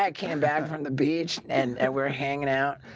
i came back from the beach and we're hanging out